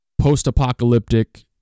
post-apocalyptic